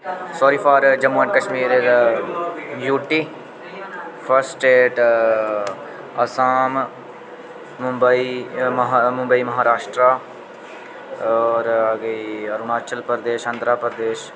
सारी for Jammu and Kashmir UT first state Assam Mumbai Mumbai Maharashtra होर आई गेई अरुणाचल प्रदेश आंध्राप्रदेश